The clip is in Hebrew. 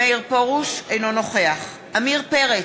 אינו נוכח עמיר פרץ,